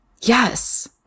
Yes